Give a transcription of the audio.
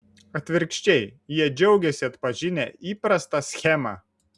atvirkščiai jie džiaugiasi atpažinę įprastą schemą